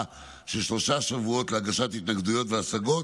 של שלושה שבועות להגשת התנגדויות והשגות.